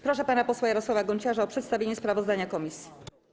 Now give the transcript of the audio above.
Proszę pana posła Jarosława Gonciarza o przedstawienie sprawozdania komisji.